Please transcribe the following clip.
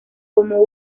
como